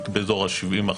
היא באזור ה-70%.